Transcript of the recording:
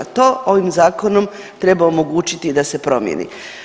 To ovim zakonom treba omogućiti da se promijeni.